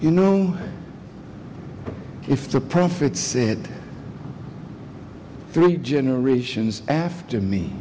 you know if the prophet said three generations after me